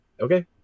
okay